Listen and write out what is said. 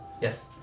Yes